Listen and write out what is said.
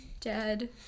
dead